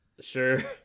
Sure